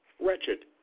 Wretched